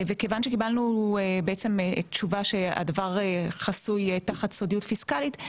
וכיוון שקיבלנו תשובה שהדבר חסוי תחת סודיות פיסקלית,